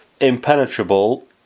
impenetrable